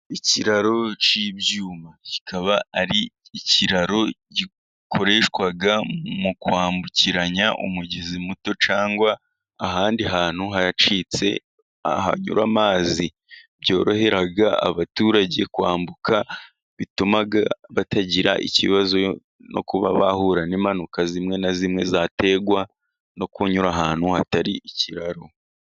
Ikiraro cy'ibyuma, kikaba ari ikiraro gikoreshwa mu kwambukiranya umugezi muto cyangwa ahandi hantu hacitse hanyura amazi, byorohera abaturage kwambuka bituma batagira ikibazo no kuba bahura n'impanuka zimwe na zimwe zaterwa no kunyura ahantu hatari ikiraro.